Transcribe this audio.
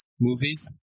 movies